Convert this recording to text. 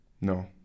No